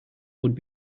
would